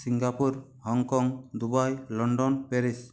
Singapore Hong Kong Dubai London Paris